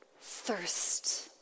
Thirst